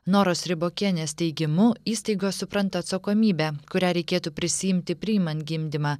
noros ribokienės teigimu įstaigos supranta atsakomybę kurią reikėtų prisiimti priimant gimdymą